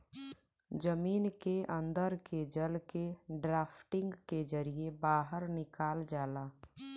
जमीन के अन्दर के जल के ड्राफ्टिंग के जरिये बाहर निकाल जाला